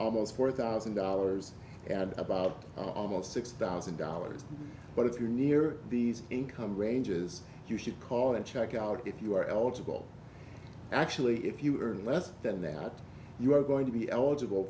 almost four thousand dollars and about almost six thousand dollars but if you're near these income ranges you should call and check out if you are eligible actually if you earn less than that you are going to be eligible